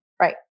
Right